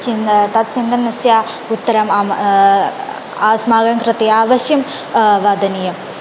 चिन्ता तत् चिन्तनस्य उत्तरम् आस्माकं कृते अवश्यं वदनीयम्